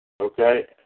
Okay